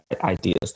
ideas